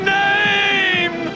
name